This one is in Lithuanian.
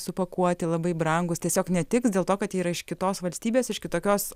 supakuoti labai brangūs tiesiog netiks dėl to kad jie yra iš kitos valstybės iš kitokios